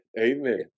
Amen